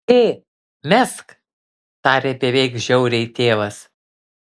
ė mesk tarė beveik žiauriai tėvas